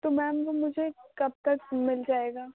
تو میم وہ مجھے کب تک مل جائے گا